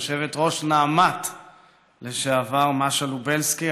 יושבת-ראש נעמת לשעבר מאשה לובלסקי,